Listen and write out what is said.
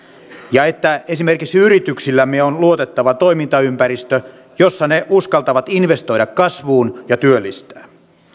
ja että esimerkiksi yrityksillämme on luotettava toimintaympäristö jossa ne uskaltavat investoida kasvuun ja työllistää